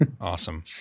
Awesome